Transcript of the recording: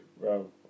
Bro